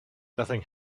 nothing